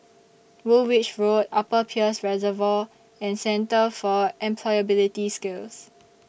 Woolwich Road Upper Peirce Reservoir and Centre For Employability Skills